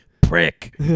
prick